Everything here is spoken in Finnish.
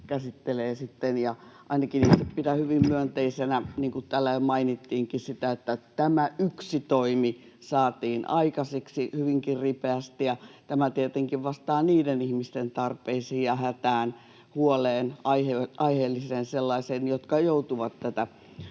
käsittelee. Pidän ainakin hyvin myönteisenä, niin kuin täällä jo mainittiinkin, sitä, että tämä yksi toimi saatiin aikaiseksi hyvinkin ripeästi, ja tämä tietenkin vastaa niiden ihmisten tarpeisiin ja hätään, huoleen, aiheelliseen sellaiseen, jotka joutuvat autoa